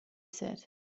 said